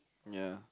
ya